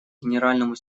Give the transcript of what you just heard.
генеральному